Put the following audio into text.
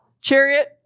chariot